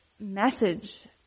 message